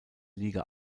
liga